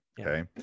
Okay